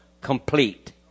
complete